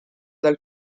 dal